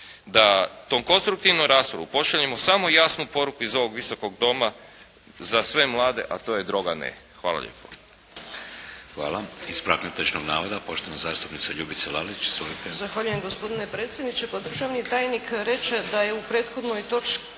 da tom konstruktivnom raspravom pošaljemo samo jasnu poruku iz ovog Visokog doma za sve mlade a to je: Droga ne! Hvala lijepo.